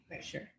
sure